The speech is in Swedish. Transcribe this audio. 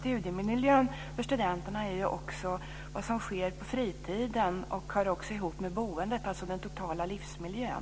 Studiemiljön för studenterna handlar också om vad som sker på fritiden. Det hör också ihop med boendet, alltså den totala livsmiljön.